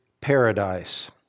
paradise